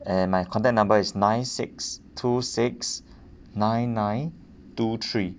and my contact number is nine six two six nine nine two three